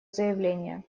заявление